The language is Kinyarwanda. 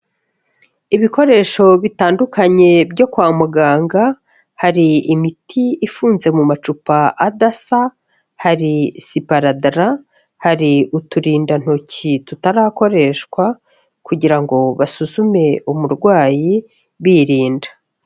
Ibikoresho bitandukanye byo kwa muganga, hari imiti ifunze mu macupa adasa, hari siparadara, hari uturindantoki tutarakoreshwa kugira ngo basuzume umurwayi birinda.